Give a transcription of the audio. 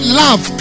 love